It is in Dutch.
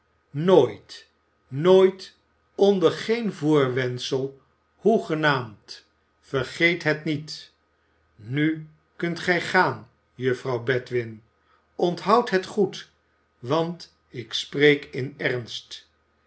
nooit nooit onder geen voorwendsel hoegenaamd vergeet het niet nu kunt gij gaan juffrouw bedwin onthoud het goed want ik spreek in ernst